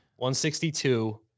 162